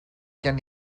gen